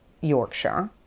Yorkshire